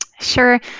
Sure